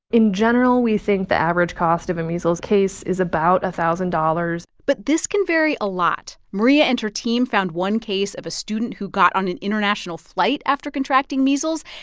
in general, we think the average cost of a measles case is about a thousand dollars but this can vary a lot. maria and her team found one case of a student who got on an international flight after contracting measles.